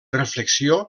reflexió